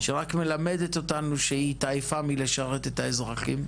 שרק מלמדת אותנו שהיא התעייפה מלשרת את האזרחים.